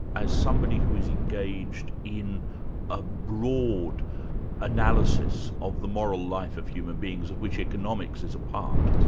as somebody who is engaged in a broad analysis of the moral life of human beings, of which economics is a part?